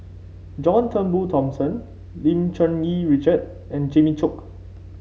John Turnbull Thomson Lim Cherng Yih Richard and Jimmy Chok